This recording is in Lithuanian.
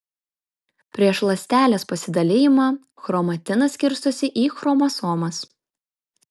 prieš ląstelės pasidalijimą chromatinas skirstosi į chromosomas